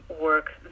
work